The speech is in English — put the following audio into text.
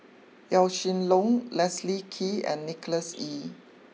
Yaw Shin Leong Leslie Kee and Nicholas Ee